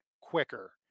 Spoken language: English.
quicker